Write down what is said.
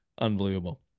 Unbelievable